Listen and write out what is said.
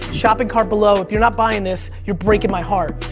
shopping cart below, if you're not buying this, you're breaking my heart.